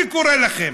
אני קורא לכם: